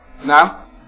Now